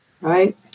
Right